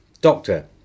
Doctor